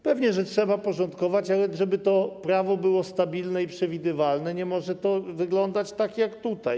Pewnie, że trzeba to porządkować, ale żeby prawo było stabilne i przewidywalne, to nie może to wyglądać tak jak tutaj.